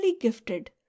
gifted